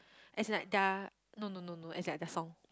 as in like their no no no no as in like that song